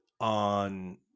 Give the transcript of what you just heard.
on